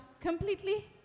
completely